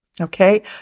Okay